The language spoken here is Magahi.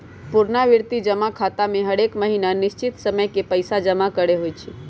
पुरनावृति जमा खता में हरेक महीन्ना निश्चित समय के पइसा जमा करेके होइ छै